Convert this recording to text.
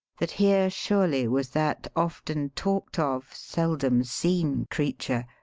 that here surely was that often talked-of, seldom-seen creature,